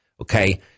Okay